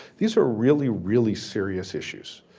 these are really really serious issues,